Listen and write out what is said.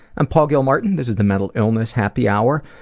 i'm paul gilmartin, this is the mental illness happy hour,